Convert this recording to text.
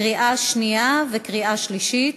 קריאה שנייה וקריאה שלישית,